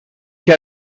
que